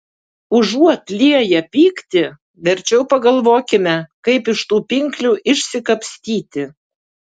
užuot lieję pyktį verčiau pagalvokime kaip iš tų pinklių išsikapstyti